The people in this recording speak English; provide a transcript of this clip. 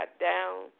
down